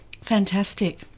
fantastic